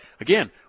again